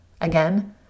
Again